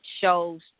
shows